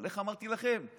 אבל איך אמרתי לכם?